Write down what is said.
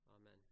Amen